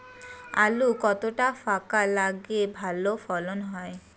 আলু কতটা ফাঁকা লাগে ভালো ফলন হয়?